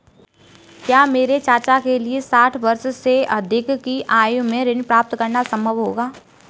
क्या मेरे चाचा के लिए साठ वर्ष से अधिक की आयु में ऋण प्राप्त करना संभव होगा?